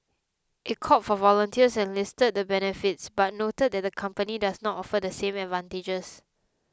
it called for volunteers and listed the benefits but noted that the company does not offer the same advantages